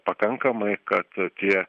pakankamai kad tie